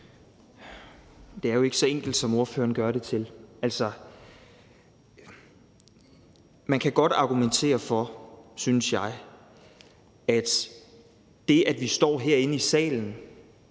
Det er jo ikke så enkelt, som ordføreren gør det til. Man kan godt argumentere for, synes jeg, at det, at vi står herinde i salen